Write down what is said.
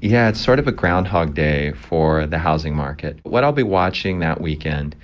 yeah. it's sort of a groundhog day for the housing market. what i'll be watching that weekend